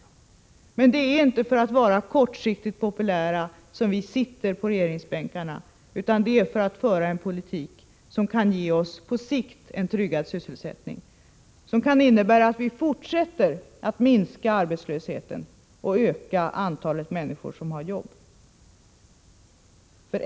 Men vi sitter inte på regeringsbänkarna för att vara kortsiktigt populära; vi sitter där för att vi skall föra en politik som på sikt kan ge en tryggad sysselsättning. Politiken skall innebära att vi fortsätter att minska arbetslösheten och att vi ökar antalet människor som har arbete.